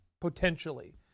potentially